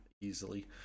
easily